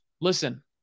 Listen